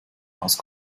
aus